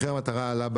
מחיר המטרה עלה,